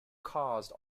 caused